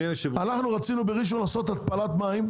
רצינו בראשון לעשות התפלת מים.